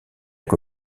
que